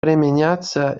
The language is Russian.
применяться